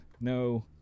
No